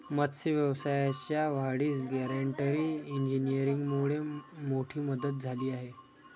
मत्स्य व्यवसायाच्या वाढीस गॅजेटरी इंजिनीअरिंगमुळे मोठी मदत झाली आहे